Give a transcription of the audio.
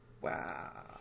Wow